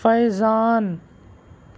فیضان